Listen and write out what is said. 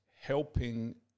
helping